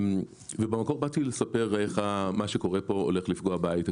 במקור באתי לספר איך מה שקורה כאן הולך לפגוע בהיי-טק